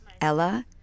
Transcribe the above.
Ella